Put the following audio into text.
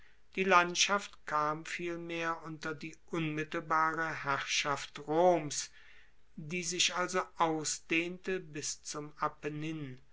die landschaft kam vielmehr unter die unmittelbare herrschaft roms die sich also ausdehnte bis zum